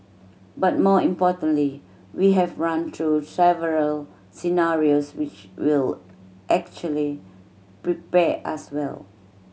but more importantly we have run through several scenarios which will actually prepare us well